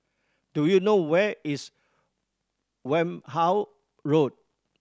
do you know where is Wareham Road